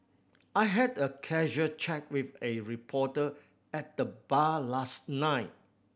I had a casual chat with a reporter at the bar last night